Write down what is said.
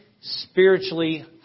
Spiritually